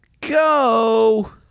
go